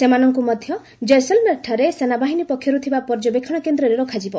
ସେମାନଙ୍କୁ ମଧ୍ୟ ଜୈସଲ୍ମେର୍ଠାରେ ସେନାବାହିନୀ ପକ୍ଷର୍ତ ଥିବା ପର୍ଯ୍ୟବେକ୍ଷଣ କେନ୍ଦ୍ରରେ ରଖାଯିବ